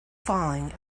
falling